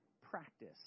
practice